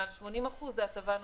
מעל 80%, זו הטבה נוספת.